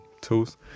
tools